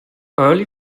early